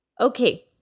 Okay